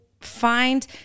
find